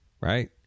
right